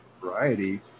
variety